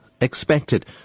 expected